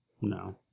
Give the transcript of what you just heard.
No